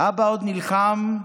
אבא עוד נלחם /